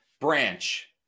branch